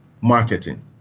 marketing